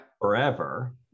forever